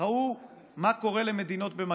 ראו מה קורה למדינות במגפות.